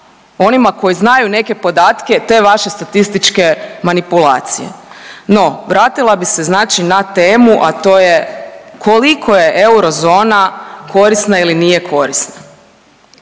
onima koji znaju neke podatke te vaše statističke manipulacije. No vratila bi se znači na temu, a to je koliko je eurozona korisna ili nije korisna.